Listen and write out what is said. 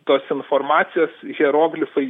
tos informacijos hieroglifai